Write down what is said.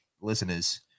listeners